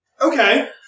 Okay